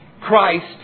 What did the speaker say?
Christ